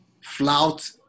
flout